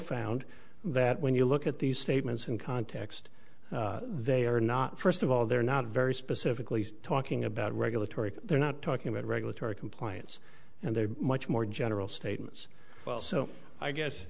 found that when you look at these statements in context they are not first of all they're not very specifically talking about regulatory they're not talking about regulatory compliance and they're much more general statements well so i guess